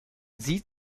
sieht